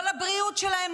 -- לא לבריאות שלהם,